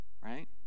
Right